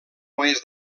oest